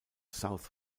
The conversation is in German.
south